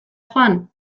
joan